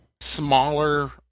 smaller